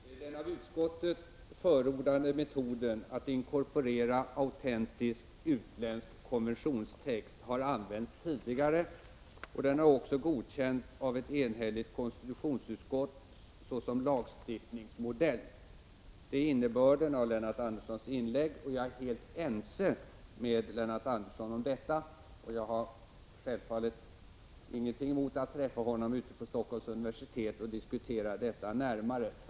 Herr talman! Den av utskottet förordade metoden att inkorporera autentisk utländsk konventionstext har använts tidigare, och den har också godkänts såsom lagstiftningsmodell av ett enhälligt konstitutionsutskott. Det ärinnebörden av Lennart Anderssons inlägg. Jag är helt ense med honom om detta, och jag har självfallet ingenting emot att träffa honom på Stockholms universitet och diskutera saken närmare.